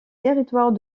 territoires